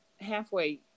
halfway